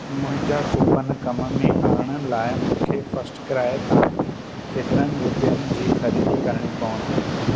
मुंहिंजा कूपन कम में आणण लाइ मूंखे फर्स्टक्राइ तां केतिरनि रुपियनि जी ख़रीदी करणी पवंदी